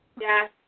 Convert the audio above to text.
Yes